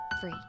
free